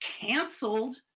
canceled